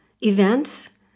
Events